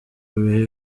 bihe